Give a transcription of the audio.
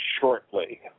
shortly